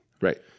Right